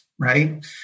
right